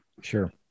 Sure